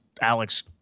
Alex